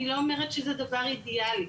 אני לא אומרת שזה דבר אידיאלי.